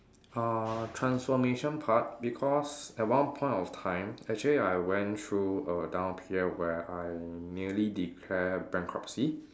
uh transformation part because at one point of time actually I went through a down period where I nearly declare bankruptcy